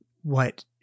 what-